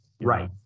right